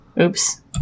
oops